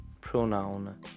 pronoun